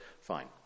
Fine